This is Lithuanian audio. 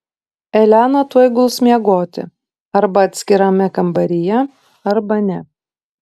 elena tuoj guls miegoti arba atskirame kambaryje arba ne